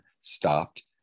stopped